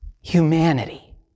Humanity